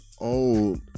old